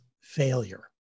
failure